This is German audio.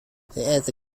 verehrte